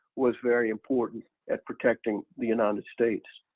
was very important at protecting the united states.